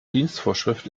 dienstvorschrift